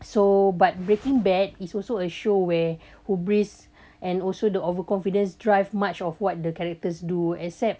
so but breaking bad is also a show where who brisk and also the overconfidence drive much of what the characters do except